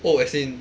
oh as in